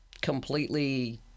completely